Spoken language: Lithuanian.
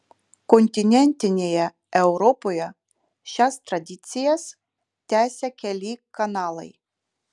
kontinentinėje europoje šias tradicijas tęsia keli kanalai